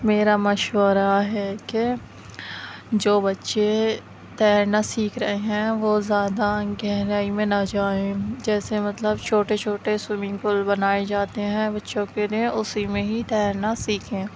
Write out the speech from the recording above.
میرا مشورہ ہے کہ جو بچے تیرنا سیکھ رہے ہیں وہ زیادہ گہرائی میں نہ جائیں جیسے مطلب چھوٹے چھوٹے سوئمنگ پُل بنائے جاتے ہیں بچوں کے لیے اسی میں ہی تیرنا سیکھیں